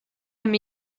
him